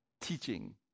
teaching